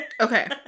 Okay